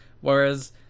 whereas